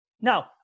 Now